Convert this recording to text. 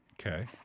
Okay